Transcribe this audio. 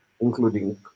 including